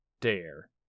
dare